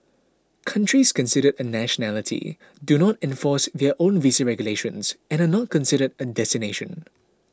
countries considered a nationality do not enforce their own visa regulations and are not considered a destination